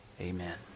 amen